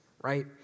right